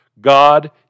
God